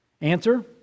Answer